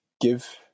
give